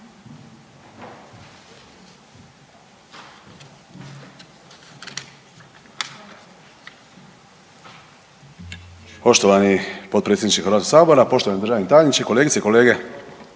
Poštovani potpredsjedniče Hrvatskog sabora, poštovani državni tajniče, kolegice i kolege